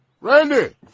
Randy